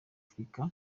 amerika